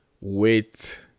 wait